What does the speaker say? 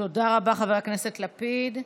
תודה רבה, חבר הכנסת לפיד.